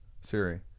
Siri